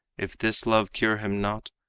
if this love cure him not,